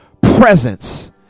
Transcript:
presence